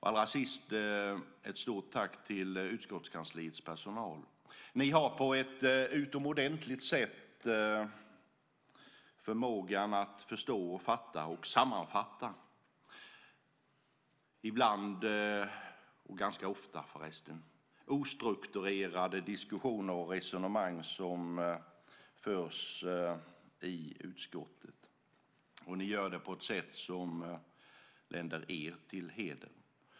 Allra sist vill jag rikta ett stort tack till utskottskansliets personal. Ni har en utomordentlig förmåga att förstå, fatta och sammanfatta ibland, ganska ofta förresten, ostrukturerade diskussioner och resonemang som förs i utskottet. Och ni gör det på ett sätt som länder er till heder.